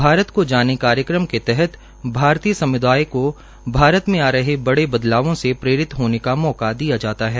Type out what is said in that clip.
भारत को जाने कार्यक्रम के तहत भारतीय समुदाय को भारत मे आ रहे बड़े बदलावों से प्रेरित होने का मौका दिया जाता है